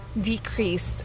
decreased